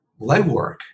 legwork